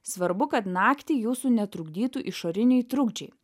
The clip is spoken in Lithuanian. svarbu kad naktį jūsų netrukdytų išoriniai trukdžiai